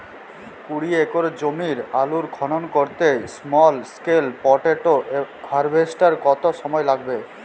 কুড়ি একর জমিতে আলুর খনন করতে স্মল স্কেল পটেটো হারভেস্টারের কত সময় লাগবে?